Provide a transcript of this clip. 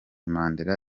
mandela